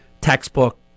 textbook